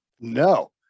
no